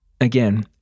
again